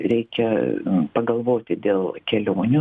reikia pagalvoti dėl kelionių